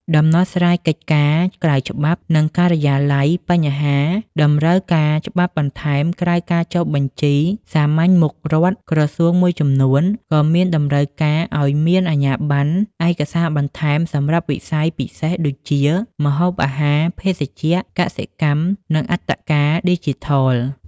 ដំណោះស្រាយកិច្ចការណ៍ក្រៅច្បាប់ និងការិយាល័យ បញ្ហាតម្រូវការច្បាប់បន្ថែមក្រៅការចុះបញ្ជីសាមញ្ញមុខរដ្ឋ ក្រសួងមួយចំនួនក៏មានតម្រូវឲ្យមានអាជ្ញាបណ្ណ ឯកសារបន្ថែមសម្រាប់វិស័យពិសេស ដូចជា ម្ហូបអាហារ ភេសជ្ជៈ កសិកម្ម និងអត្តការ ឌីជីថល។